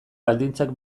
baldintzak